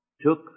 took